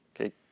Okay